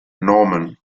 norman